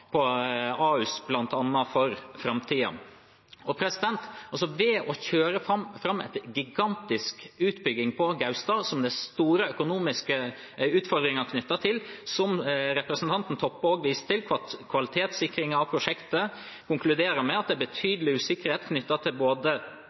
for framtiden, i stedet for å kjøre fram en gigantisk utbygging på Gaustad som det er store økonomiske utfordringer knyttet til, som representanten Toppe også viste til. Kvalitetssikringen av prosjektet konkluderer med at det er